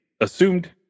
assumed